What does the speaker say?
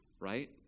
right